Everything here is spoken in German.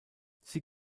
sie